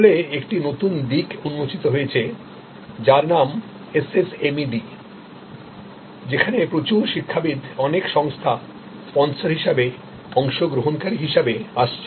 আসলে একটি নতুন দিক উন্মোচিত হয়েছেযার নাম SSMED যেখানে প্রচুর শিক্ষাবিদ অনেক সংস্থা স্পনসর হিসাবে অংশগ্রহণকারী হিসাবে আসছে